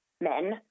men